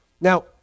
Now